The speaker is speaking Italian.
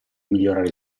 migliorare